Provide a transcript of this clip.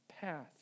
path